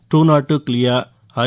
టూనాట్ clear are